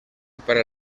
para